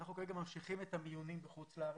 אנחנו כרגע ממשיכים את המיונים בחוץ לארץ,